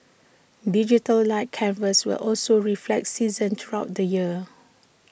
digital light canvas will also reflect seasons throughout the year